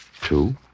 two